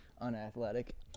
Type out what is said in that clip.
unathletic